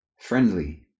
friendly